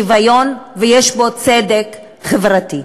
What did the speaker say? יש בו שוויון ויש בו צדק חברתי.